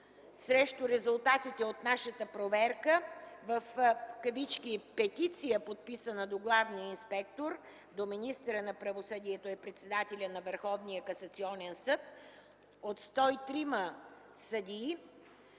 срещу резултатите от нашата проверка, в петиция в кавички, подписана до главния инспектор, до министъра на правосъдието и председателя на Върховния касационен съд от 103 съдии